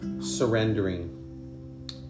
surrendering